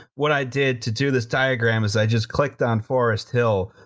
what i did to do this diagram is i just clicked on forest hill,